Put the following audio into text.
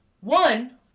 one